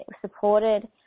supported